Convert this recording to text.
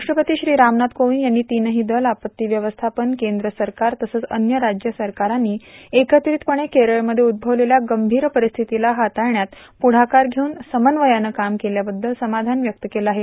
राष्ट्रपती श्री रामनाथ कोविंद यांनी तिनही दल आपत्ती व्यवस्थापन केंद्र सरकार तसंच अन्य राज्य सरकारांनी एकत्रितपणे केरळमध्ये उद्भवलेल्या गंभीर परिस्थितीला हाताळण्यात पुढाकार घेऊन समन्वयानं काम केल्याबद्दल समाधान व्यक्त केलं आहे